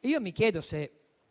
io mi chiedo se